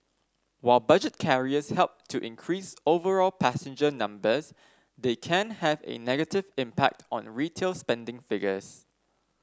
while budget carriers help to increase overall passenger numbers they can have a negative impact on retail spending figures